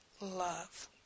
love